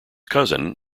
cousin